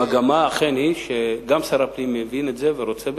המגמה היא אכן, גם שר הפנים מבין את זה ורוצה בזה,